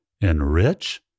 enrich